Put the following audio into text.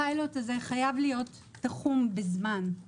הפיילוט הזה חייב להיות תחום בזמן.